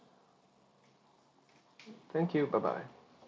thank you bye bye